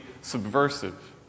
subversive